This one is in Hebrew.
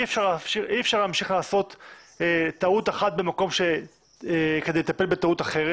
אי אפשר להמשיך לעשות טעות אחת כדי לטפל בטעות אחרת.